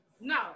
No